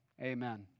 Amen